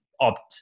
opt